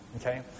Okay